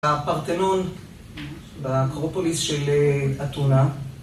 הפרתנון באקרופוליס של אתונה